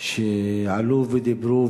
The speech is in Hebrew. שעלו ודיברו.